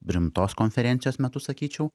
rimtos konferencijos metu sakyčiau